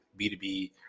B2B